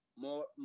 More